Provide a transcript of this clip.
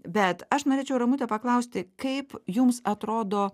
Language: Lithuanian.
bet aš norėčiau ramute paklausti kaip jums atrodo